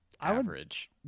average